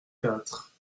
quatre